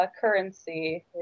currency